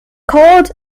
cord